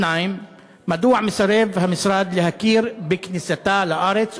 מדוע מסרב המשרד להכיר בכניסתה לארץ